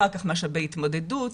אחר כך משאבי התמודדות,